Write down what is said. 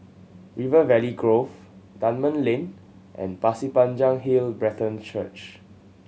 River Valley Grove Dunman Lane and Pasir Panjang Hill Brethren Church